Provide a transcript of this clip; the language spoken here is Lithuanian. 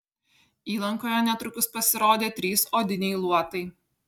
įlankoje netrukus pasirodė trys odiniai luotai